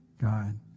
God